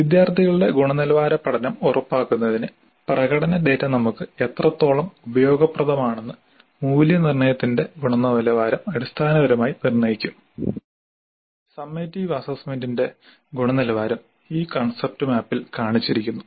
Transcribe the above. വിദ്യാർത്ഥികളുടെ ഗുണനിലവാര പഠനം ഉറപ്പാക്കുന്നതിന് പ്രകടന ഡാറ്റ നമുക്ക് എത്രത്തോളം ഉപയോഗപ്രദമാണെന്ന് മൂല്യനിർണ്ണയത്തിന്റെ ഗുണനിലവാരം അടിസ്ഥാനപരമായി നിർണ്ണയിക്കും സമ്മേറ്റിവ് അസ്സസ്സ്മെന്റിന്റെ ഗുണനിലവാരം ഈ കോൺസെപ്റ് മാപ്പിൽ കാണിച്ചിരിക്കുന്നു